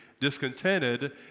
discontented